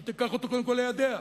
שהיא תיקח אותו קודם כול לידיה?